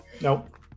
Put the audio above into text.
Nope